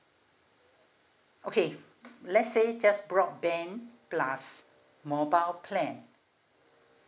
okay let's say just broadband plus mobile plan